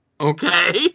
Okay